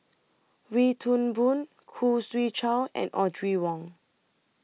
Wee Toon Boon Khoo Swee Chiow and Audrey Wong